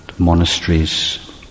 monasteries